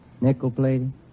Nickel-plated